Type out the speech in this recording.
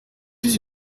plus